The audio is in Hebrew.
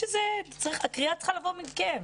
הקריאה צריכה לבוא מכם.